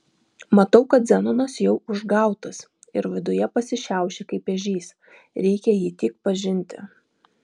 matau kad zenonas jau užgautas ir viduje pasišiaušė kaip ežys reikia jį tik pažinti